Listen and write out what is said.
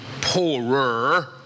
poorer